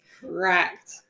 Correct